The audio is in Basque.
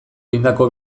egindako